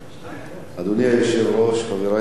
אדוני היושב-ראש, חברי חברי הכנסת,